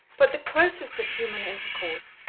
but the closest of human intercourse,